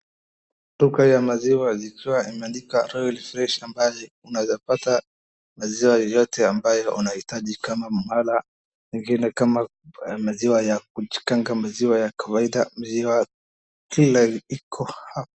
Duka ya mzima ikiwa imeandikwa royal fresh ambayo unaweza pata maziwa yoyote ambayo unahitaji kaka mala, mengine kama maziwa ya kujikanda, maziwa ya kawaida, maziwa kila aina iko.